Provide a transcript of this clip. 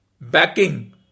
backing